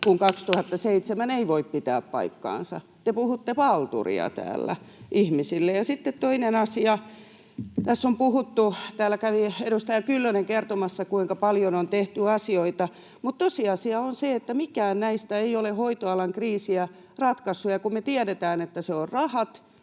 vuonna 2007, ei voi pitää paikkansa. Te puhutte palturia täällä ihmisille. Ja sitten toinen asia: Tässä on puhuttu, täällä kävi edustaja Kyllönen kertomassa, kuinka paljon on tehty asioita, mutta tosiasia on se, että mikään näistä ei ole hoitoalan kriisiä ratkaissut. Ja kun me tiedetään, että ne ovat rahat,